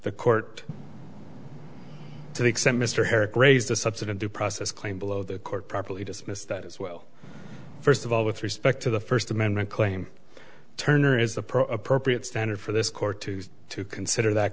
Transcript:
the court to the extent mr herrick raised the subsequent due process claim below the court properly dismissed that as well first of all with respect to the first amendment claim turner is a pro appropriate standard for this court to consider that